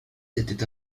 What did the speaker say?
était